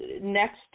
next